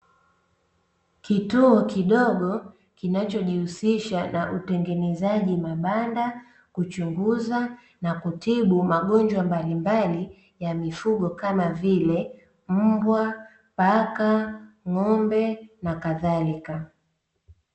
Kituo kidogo kinacho jihusisha na utengenezaji mabanda, kuchunguza na kutibu magonjwa mbalimbali ya mifugo kama vile: mbwa, pak, ng’ombe na kadhalika.